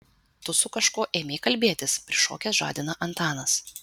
tu su kažkuo ėmei kalbėtis prišokęs žadina antanas